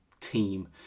team